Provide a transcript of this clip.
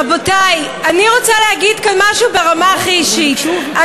רבותי, אני רוצה להגיד כאן משהו ברמה הכי אישית.